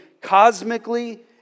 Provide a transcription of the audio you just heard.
cosmically